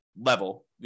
level